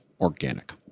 organic